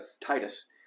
Titus